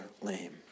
lame